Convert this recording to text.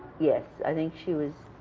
yes. i think she was.